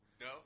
No